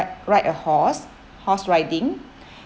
ride a horse horse riding